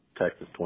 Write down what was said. Texas